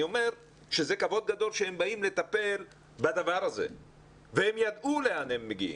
אני אומר שזה כבוד גדול שהם באים לטפל בדבר הזה והם ידעו לאן הם מגיעים.